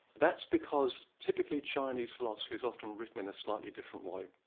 that's because typically chinese philosophy is often written in a slightly different way.